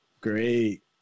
Great